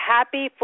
Happy